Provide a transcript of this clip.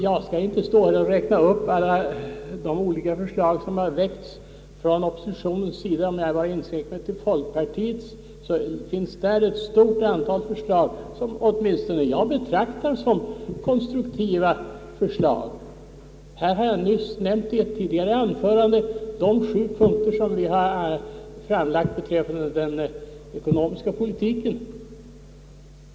Jag skall inte stå här och räkna upp de olika förslag som har väckts från oppositionens sida, men redan om jag skulle inskränka mig till folkpartiets så finns där ett stort antal förslag som åtminstone jag betraktar som konstruktiva. Jag har redan i ett tidigare anförande nämnt de sju punkter som vi har framlagt beträffande den ekonomiska politiken.